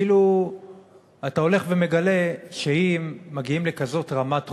ואתה הולך ומגלה שאם מגיעים לכזאת רמת רוע,